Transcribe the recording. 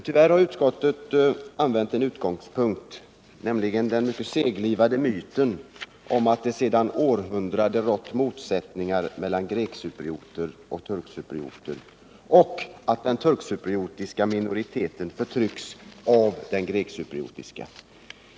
Tyvärr har utskottet som utgångspunkt använt den mycket seglivade myten om att det ”sedan århundraden rått motsättningar” mellan grekcyprioter och turkcyprioter och att den turkcypriotiska minoriteten förtryckts av grekcyprioterna.